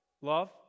Love